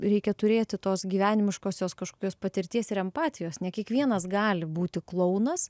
reikia turėti tos gyvenimiškosios kažkokios patirties ir empatijos ne kiekvienas gali būti klounas